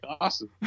awesome